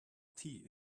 tea